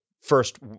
first